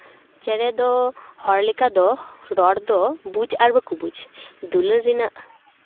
ᱪᱮᱬᱮ ᱫᱚ ᱦᱚᱲ ᱞᱮᱠᱟ ᱫᱚ ᱨᱚᱲ ᱫᱚ ᱵᱩᱡᱽ ᱟᱨ ᱵᱟᱠᱚ ᱵᱩᱡᱽ ᱫᱩᱞᱟᱹᱲ ᱨᱮᱱᱟᱜ